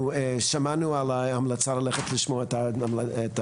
אנחנו שמענו על ההמלצה ללכת לשמוע את ההצגה,